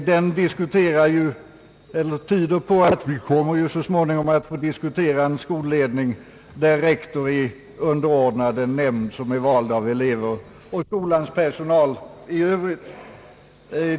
Den tyder på att vi så småningom kommer att få diskutera en skolledning, där rektor är underordnad en nämnd som är vald av elever och skolans personal i övrigt.